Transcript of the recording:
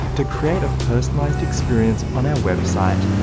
to create a personalized experience on our website,